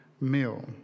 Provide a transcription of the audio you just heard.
meal